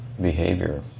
behavior